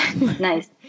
nice